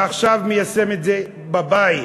ועכשיו מיישם את זה בבית,